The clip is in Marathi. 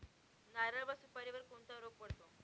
नारळ व सुपारीवर कोणता रोग पडतो?